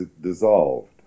dissolved